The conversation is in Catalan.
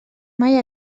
mai